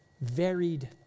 Varied